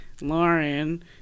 Lauren